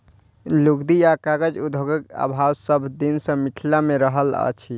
लुगदी आ कागज उद्योगक अभाव सभ दिन सॅ मिथिला मे रहल अछि